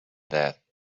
that